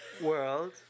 world